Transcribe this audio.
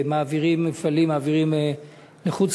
שמעבירים מפעלים לחוץ-לארץ.